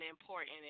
important